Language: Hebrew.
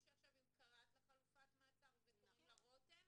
עכשיו קראת לה חלופת מעצר וקוראים לה 'רותם',